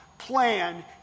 plan